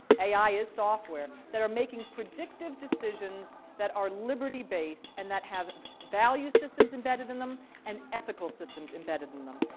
ai is software, that are making predictive decisions that are liberty-based and that have value systems embedded in them and ethical systems embedded in them.